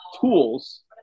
tools